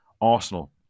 Arsenal